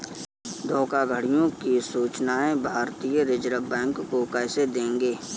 धोखाधड़ियों की सूचना भारतीय रिजर्व बैंक को कैसे देंगे?